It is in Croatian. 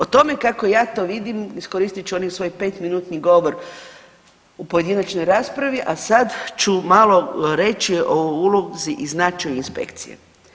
O tome kako ja to vidim iskoristit ću onaj svoj pet minutni govor u pojedinačnoj raspravi, a sad ću malo reći o ulozi i značaju inspekcije.